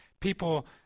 people